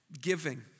giving